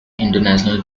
international